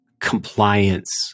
compliance